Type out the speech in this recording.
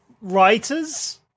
writers